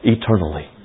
Eternally